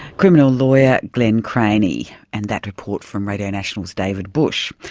criminal lawyer glen cranny, and that report from radio national's david busch,